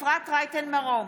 אפרת רייטן מרום,